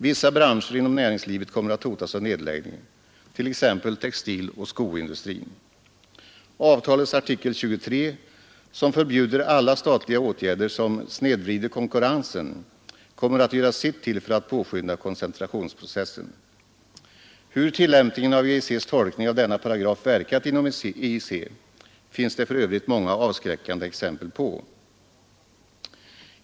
Vissa branscher inom näringslivet kommer att hotas av nedläggning, t.ex. textiloch skoindustrin. Avtalets artikel 23 som förbjuder alla statliga åtgärder vilka ”snedvrider konkurrensen” kommer att göra sitt till för att påskynda koncentrationstendensen. Hur tillämpningen av EEC:s tolkning av denna paragraf verkat inom EEC finns det för övrigt många avskräckande exempel på.